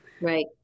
Right